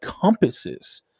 compasses